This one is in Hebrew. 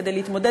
כדי להתמודד,